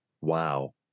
Wow